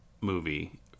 movie